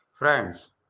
Friends